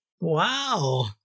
Wow